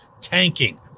tanking